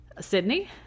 Sydney